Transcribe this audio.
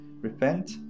repent